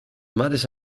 mares